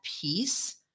peace